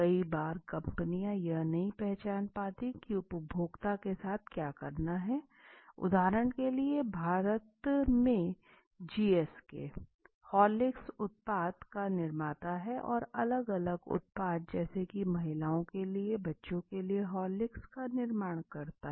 कई बार कंपनियां यह नहीं पहचान पाती हैं कि उपभोक्ता के साथ क्या करना है उदाहरण के लिए भारत में जीएसके हॉर्लिक्स उत्पाद का निर्माता है और अलग अलग उत्पाद जैसे की महिलाओं के लिए बच्चों के लिए हॉर्लिक्स का निर्माण करता है